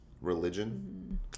Religion